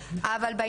אבל מילה טובה למשטרה.